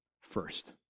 first